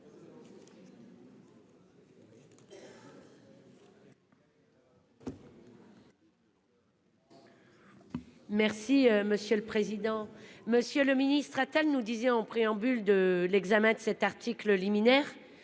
Merci monsieur le président, Monsieur le ministre a-t-elle nous disiez en préambule de l'examen de cet article liminaire